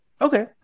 okay